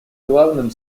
главным